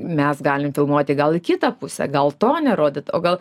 mes galim filmuoti gal į kitą pusę gal to nerodyt o gal